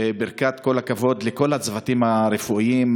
ברכת כל הכבוד לכל הצוותים הרפואיים,